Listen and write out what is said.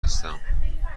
هستم